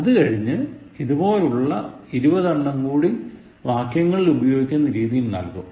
അതുകഴിഞ്ഞ് ഇതുപോലുള്ള 20 എണ്ണം കൂടി വാക്യങ്ങളിൽ ഉപയോഗിക്കുന്ന രീതിയിൽ നൽകും